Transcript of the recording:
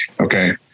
Okay